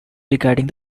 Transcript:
regarding